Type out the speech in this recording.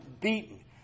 beaten